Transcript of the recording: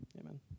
amen